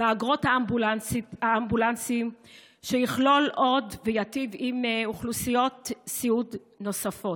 באגרות האמבולנסים שיכללו עוד ויטיבו עוד עם אוכלוסיות סיעוד נוספות.